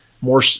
more